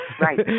Right